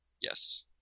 Yes